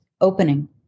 opening